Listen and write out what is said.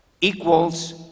equals